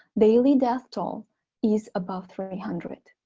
daily death toll is above three hundred.